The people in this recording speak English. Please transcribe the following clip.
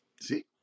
see